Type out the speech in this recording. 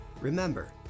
Remember